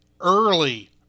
Early